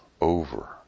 over